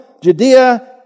Judea